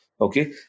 okay